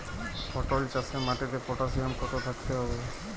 পটল চাষে মাটিতে পটাশিয়াম কত থাকতে হবে?